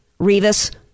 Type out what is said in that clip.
Revis